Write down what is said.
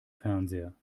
fernseher